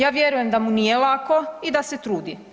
Ja vjerujem da mu nije lako i da se trudi.